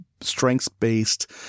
strengths-based